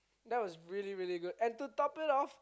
that was really really good and to top it off